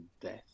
death